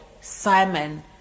simon